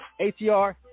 ATR